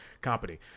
company